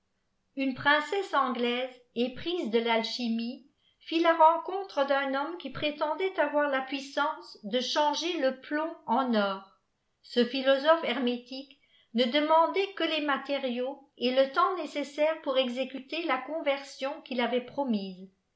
une princesse anglaise éprise de l'alchimie fil la rencontre d'un hocame qui prétendait avoir a puissance de changer le plomb en or ce philosophe hermétique ne demandait que les matériaux et le temps nécessaires pour exécuter la conversion qu'il avait promise